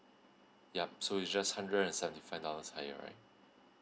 yup so is just hundred and seventy five dollars higher right